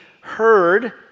heard